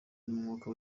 n’umwuka